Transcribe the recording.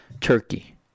Turkey